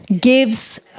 gives